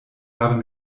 habe